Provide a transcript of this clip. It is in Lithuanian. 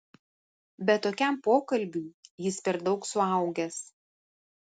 bet tokiam pokalbiui jis per daug suaugęs